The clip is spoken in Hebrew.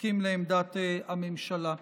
אסכים לעמדת הממשלה.